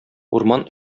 урман